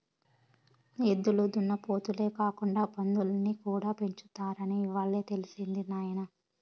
ఎద్దులు దున్నపోతులే కాకుండా పందుల్ని కూడా పెంచుతారని ఇవ్వాలే తెలిసినది నాయన